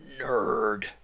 Nerd